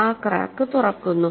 ആ ക്രാക്ക് തുറക്കുന്നു